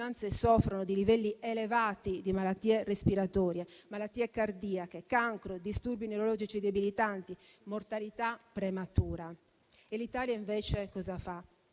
residenti soffrono di livelli elevati di malattie respiratorie, malattie cardiache, cancro, malattie neurologiche debilitanti e mortalità prematura». E l'Italia invece cosa fa,